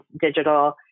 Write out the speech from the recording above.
digital